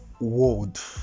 world